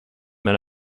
men